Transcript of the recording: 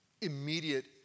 immediate